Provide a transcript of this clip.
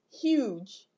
Huge